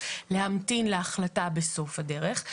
להמתין להחלטה בסוף הדרך.